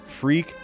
freak